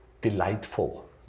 delightful